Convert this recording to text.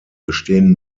bestehen